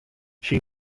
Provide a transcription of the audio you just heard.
she